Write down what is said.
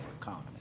economy